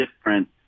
different